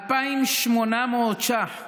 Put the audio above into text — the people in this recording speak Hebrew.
2,800 ש"ח,